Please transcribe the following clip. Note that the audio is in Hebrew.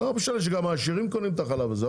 לא משנה שגם העשירים קונים את החלב הזה.